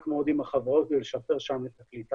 מאוד עם החברות כדי לשפר שם את הקליטה.